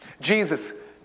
Jesus